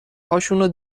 هاشونو